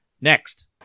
next